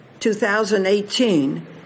2018